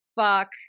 fuck